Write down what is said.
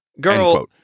Girl